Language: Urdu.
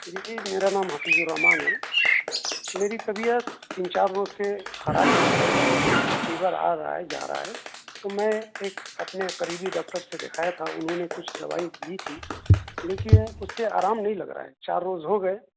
جی میرا نام حفیظ الرحمن ہے میری طبیعت تین چار روز سے خراب چل رہی ہے فیور آ رہا ہے جا رہا ہے تو میں ایک اپنے قریبی ڈاکٹر سے دکھایا تھا انھوں نے کچھ دوائی دی تھی لیکن اس سے آرام نہیں لگ رہا ہے چار روز ہو گئے